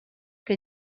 que